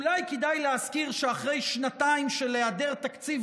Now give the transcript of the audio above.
אולי כדאי להזכיר שאחרי שנתיים של היעדר תקציב